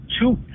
two